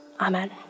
Amen